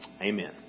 Amen